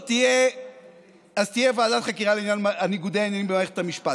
אז תהיה ועדת חקירה לניגודי עניינים במערכת המשפט.